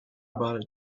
about